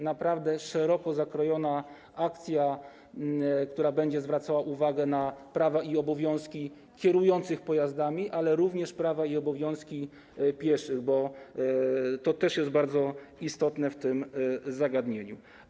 Naprawdę szeroko zakrojona akcja, która będzie zwracała uwagę na prawa i obowiązki kierujących pojazdami, ale również prawa i obowiązki pieszych, bo to też jest bardzo istotne zagadnienie.